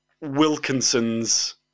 Wilkinson's